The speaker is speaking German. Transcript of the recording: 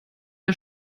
der